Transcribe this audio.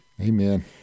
Amen